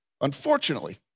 unfortunately